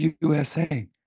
USA